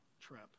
trip